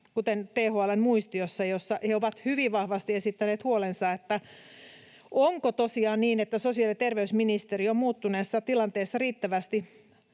kuten THL:n muistiossa he ovat hyvin vahvasti esittäneet siitä huolensa — onko tosiaan niin, että sosiaali- ja terveysministeriö on muuttuneessa tilanteessa riittävästi